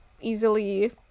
easily